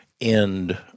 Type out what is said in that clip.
end